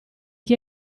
chi